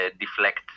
deflect